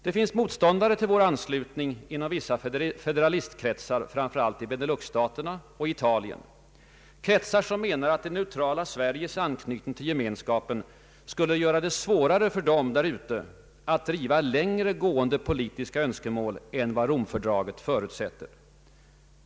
Det finns motståndare till vår anslutning inom vissa federalistkretsar, fram för allt i Beneluxstaterna och Italien, kretsar som menar att det neutrala Sveriges anknytning till Gemenskapen skulle göra det svårare för dem att driva längre gående politiska önskemål än vad Romfördraget förutsätter.